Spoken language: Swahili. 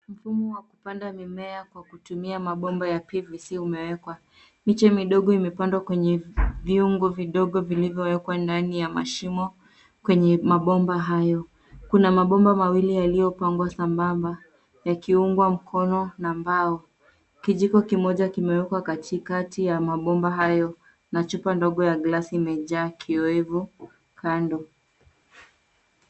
Mfumo wa kupanda mimea kwa kutumia mabomba ya pvc umewekwa. Miche midogo imepandwa kwenye vyungu vidogo vilivyowekwa ndani ya mashimo kwenye mabomba hayo. Kuna mabomba mawili yaliyopangwa sambamba, yakiungwa mkono na mbao. Kijiko kimoja kimewekwa katikati ya mabomba hayo na chupa ndogo ya glasi imejaa kiowevu kando.